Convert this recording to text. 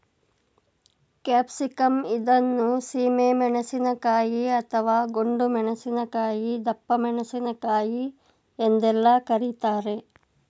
capsicum ಇದನ್ನು ಸೀಮೆ ಮೆಣಸಿನಕಾಯಿ, ಅಥವಾ ಗುಂಡು ಮೆಣಸಿನಕಾಯಿ, ದಪ್ಪಮೆಣಸಿನಕಾಯಿ ಎಂದೆಲ್ಲ ಕರಿತಾರೆ